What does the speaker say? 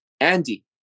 Andy